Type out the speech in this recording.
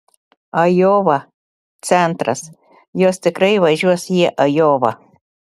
ajova centras jos tikrai važiuos į ajovą